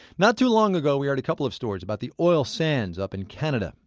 not too long ago, we aired a couple of stories about the oil sands up in canada.